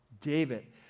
David